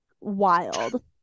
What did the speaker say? wild